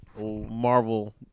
Marvel